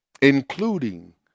including